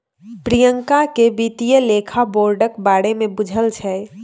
प्रियंका केँ बित्तीय लेखा बोर्डक बारे मे बुझल छै